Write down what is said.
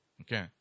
Okay